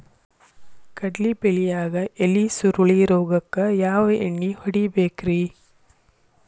ಕಡ್ಲಿ ಬೆಳಿಯಾಗ ಎಲಿ ಸುರುಳಿ ರೋಗಕ್ಕ ಯಾವ ಎಣ್ಣಿ ಹೊಡಿಬೇಕ್ರೇ?